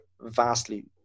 vastly